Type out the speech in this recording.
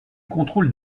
contrôles